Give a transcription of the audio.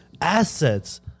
assets